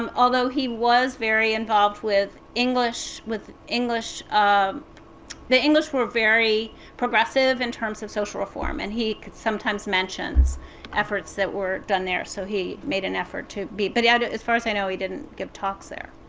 um although he was very involved with english with english um the english were very progressive in terms of social reform, and he sometimes mentions efforts that were done there. so he made an effort to be. but, and as far as i know, he didn't give talks there.